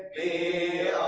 a